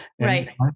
right